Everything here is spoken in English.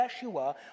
Yeshua